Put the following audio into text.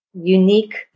unique